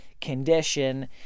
condition